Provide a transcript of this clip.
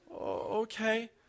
Okay